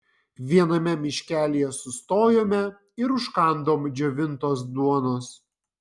viename miškelyje sustojome ir užkandom džiovintos duonos